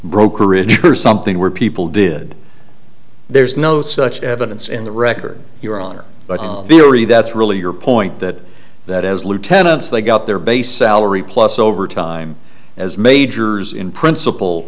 brokerage or something where people did there's no such evidence in the record your honor but that's really your point that that as lieutenants they got their base salary plus overtime as majors in principle